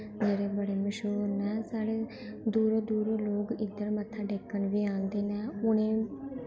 बड़े बड़े मश्हूर न साढ़ै दूरों दूरों लोग इद्धर मत्था टेकन बी आंदे न उनें गी